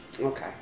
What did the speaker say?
Okay